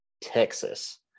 Texas